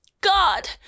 God